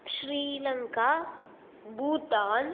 Sri Lanka Bhutan